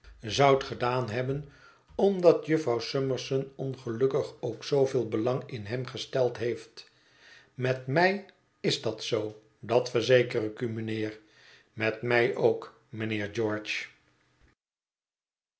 zoudt gedaan hebben omdat jufvrouw summerson ongelukkig ook zooveel belang in hem gesteld heeft met mij is dat zoo dat verzeker ik u mijnheer met mij ook mijnheer george